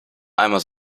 einmal